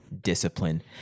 discipline